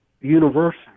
university